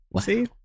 See